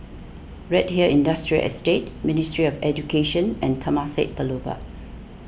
Redhill Industrial Estate Ministry of Education and Temasek Boulevard